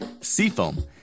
Seafoam